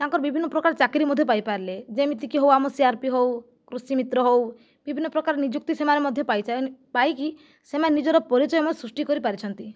ତାଙ୍କର ବିଭିନ୍ନ ପ୍ରକାର ଚାକିରି ମଧ୍ୟ ପାଇ ପାରିଲେ ଯେମିତି କି ହେଉ ଆମର ସିଆରପି ହେଉ କୃଷି ମିତ୍ର ହେଉ ବିଭିନ୍ନ ପ୍ରକାର ନିଯୁକ୍ତି ସେମାନେ ମଧ୍ୟ ପାଇ ପାଇକି ସେମାନେ ନିଜର ପରିଚୟ ମଧ୍ୟ ସୃଷ୍ଟି କରି ପାରିଛନ୍ତି